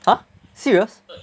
!huh! serious